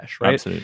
right